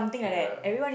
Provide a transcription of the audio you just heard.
ya